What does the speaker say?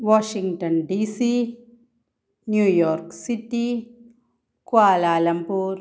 Washington D C New York city Kuala Lumpur